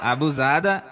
Abusada